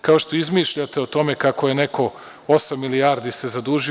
Kao što izmišljate o tome kako je neko osam milijardi se zadužio.